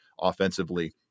offensively